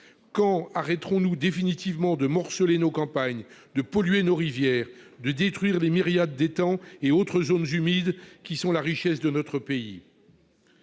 Quand arrêterons-nous définitivement de morceler nos campagnes, de polluer nos rivières, de détruire les myriades d'étangs et autres zones humides qui sont la richesse de notre pays ?